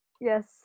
yes